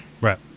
Right